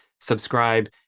subscribe